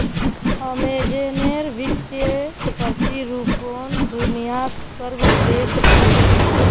अमेज़नेर वित्तीय प्रतिरूपण दुनियात सर्वश्रेष्ठ छेक